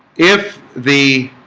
if the